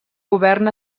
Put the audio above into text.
govern